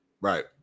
Right